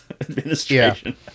administration